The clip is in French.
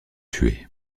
tués